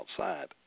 outside